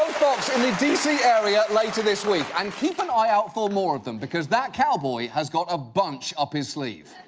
fox in the d c. area later this week. and keep an eye out for more of them, because that cowboy has got a bunch up his sleeve.